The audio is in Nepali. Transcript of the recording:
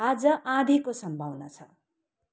आज आँधीको सम्भावना छ